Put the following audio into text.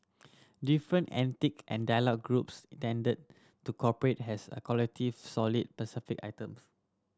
different ethnic and dialect groups tended to operate as a collective sold the specific items